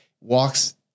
walks